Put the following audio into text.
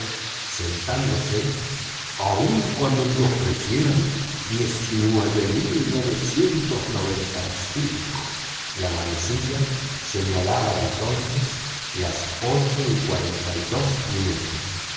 sentándose aun cuando me ofrecieran tres mil novecientas noventa y nueve la manecilla señalaba entonces las ocho y cuarenta y dos minutos